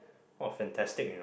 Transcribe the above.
oh fantastic you know